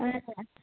ऐं